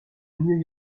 new